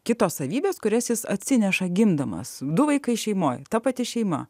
kitos savybės kurias jis atsineša gimdamas du vaikai šeimoje ta pati šeima